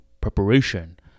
preparation